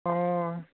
অঁ